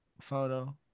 photo